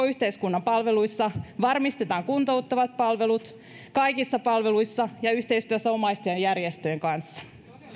yhteiskunnan palveluissa ja että varmistetaan kuntouttavat palvelut kaikissa palveluissa yhteistyössä omaisten ja järjestöjen kanssa